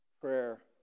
prayer